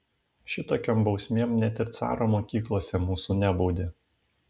šitokiom bausmėm net ir caro mokyklose mūsų nebaudė